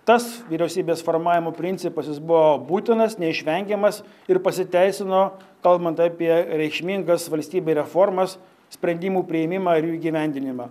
tas vyriausybės formavimo principas jis buvo būtinas neišvengiamas ir pasiteisino kalbant apie reikšmingas valstybei reformas sprendimų priėmimą ir jų įgyvendinimą